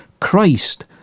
Christ